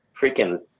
freaking